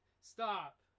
stop